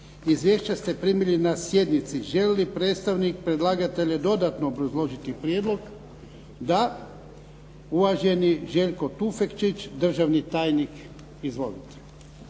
Izvješća ste primili na sjednici. Želi li predstavnik predlagatelja dodatno obrazložiti prijedlog? Da. Uvaženi Željko Tufekčić državni tajnik. Izvolite.